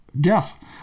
death